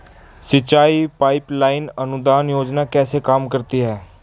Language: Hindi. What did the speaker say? सिंचाई पाइप लाइन अनुदान योजना कैसे काम करती है?